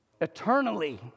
Eternally